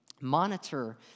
Monitor